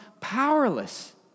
powerless